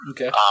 Okay